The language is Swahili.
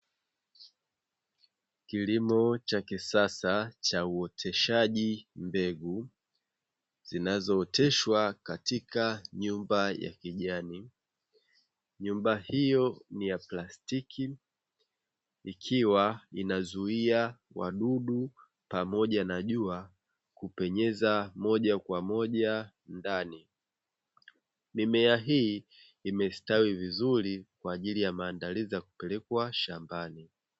Kilimo cha kisasa cha uoteshaji mbegu zinazooteshwa katika nyumba ya kijani. Nyumba hiyo ni ya plastiki ikiwa inazuia wadudu pamoja na jua kupenyeza moja kwa moja ndani. Mimea hii imestawi vizuri kwa ajili ya maandalizi ya kupelekwa shambani.